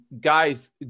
guys